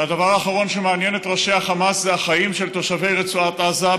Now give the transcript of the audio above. והדבר האחרון שמעניין את ראשי החמאס זה החיים של תושבי רצועת עזה,